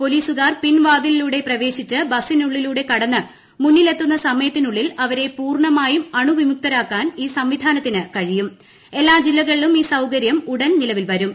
പോലീസുകാർ പിൻവാതിലൂടെ പ്രവേശിച്ച് ബസ്സിനുളളിലൂടെ കടന്ന് മുന്നിൽ എത്തുന്ന സമയത്തിനുളളിൽ അവരെ പൂർണ്ണമായും അണുവിമുക്ത രാക്കാൻ ഈ സംവിധാനത്തിന് കഴിയുട്ടു എല്ലാ ജില്ലകളിലും ഈ സൌകര്യം ഉടൻ നിലവിൽ വരും